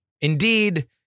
Indeed